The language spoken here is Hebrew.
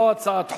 לא הצעת חוק.